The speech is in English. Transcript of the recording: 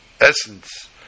essence